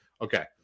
okay